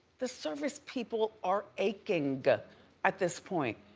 the service people are aching at this point.